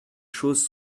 choses